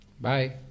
Bye